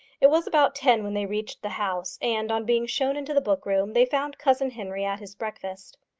it was about ten when they reached the house, and, on being shown into the book-room, they found cousin henry at his breakfast.